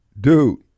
dude